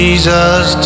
Jesus